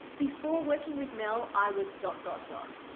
before working with mel, i was dot dot dot.